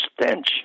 stench